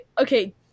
okay